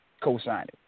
co-signed